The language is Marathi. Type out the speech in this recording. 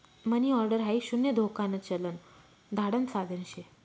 मनी ऑर्डर हाई शून्य धोकान चलन धाडण साधन शे